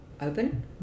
open